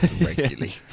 regularly